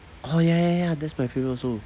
oh ya ya ya that's my favourite also